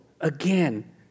Again